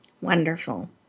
Wonderful